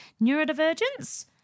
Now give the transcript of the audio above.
neurodivergence